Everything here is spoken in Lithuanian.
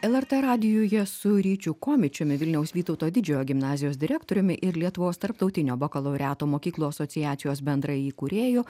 lrt radijuje su ryčiu komičiumi vilniaus vytauto didžiojo gimnazijos direktoriumi ir lietuvos tarptautinio bakalaureato mokyklų asociacijos bendraįkūrėju